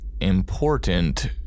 important